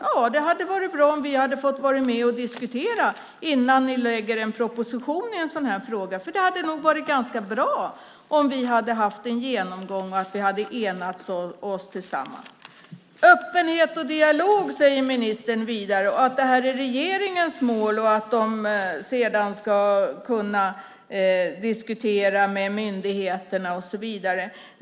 Ja, det hade varit bra om vi hade fått vara med och diskutera innan ni lade fram en proposition om en sådan här fråga. Och det hade nog varit ganska bra om vi hade haft en genomgång och hade kunnat enas. Öppenhet och dialog talar ministern också om, liksom om att det här är regeringens mål, om att man sedan ska kunna diskutera med myndigheter och så vidare.